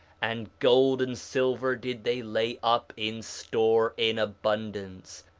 and gold and silver did they lay up in store in abundance,